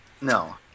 No